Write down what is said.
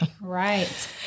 Right